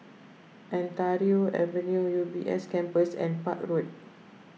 Ontario Avenue U B S Campus and Park Road